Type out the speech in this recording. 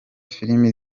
filime